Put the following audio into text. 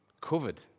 covered